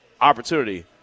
opportunity